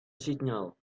signal